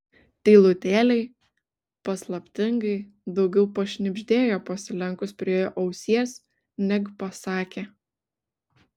tylutėliai paslaptingai daugiau pašnibždėjo pasilenkus prie jo ausies neg pasakė